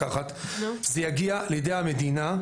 אז זה יגיע לידי המדינה,